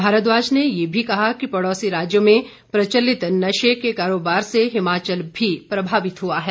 भारद्वाज ने ये भी कहा कि पड़ोसी राज्यों मे प्रचलित नशे के कारोबार से हिमाचल भी प्रभावित हुआ है